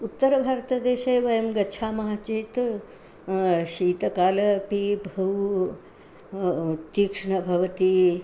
उत्तरभारतदेशे वयं गच्छामः चेत् शीतकालः अपि वहु तीक्ष्णं भवति